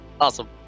Awesome